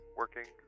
working